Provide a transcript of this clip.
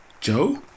Joe